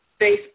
Facebook